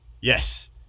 Yes